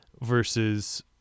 versus